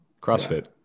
CrossFit